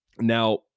Now